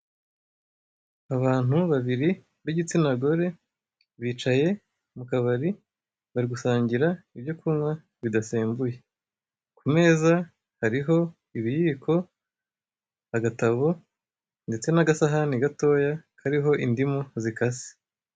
Abantu babiri b'igitsinagore, bicaye mu kabiri, bari gusangira ibyo kunywa bidasembuye. Ku meza hariho ibiyiko, agatabo ndetse n'agasahani gatoya kariho indimi zikase.